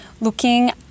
looking